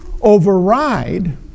override